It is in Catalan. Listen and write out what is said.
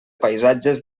paisatges